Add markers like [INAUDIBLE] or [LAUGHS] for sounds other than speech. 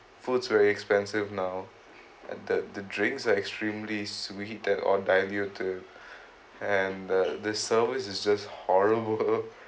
food's very expensive now and the the drinks are extremely sweeted or dilute too and the the service is just horrible [LAUGHS]